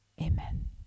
Amen